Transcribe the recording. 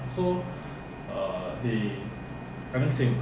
mm actually singapore all the